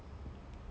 mm